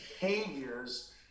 behaviors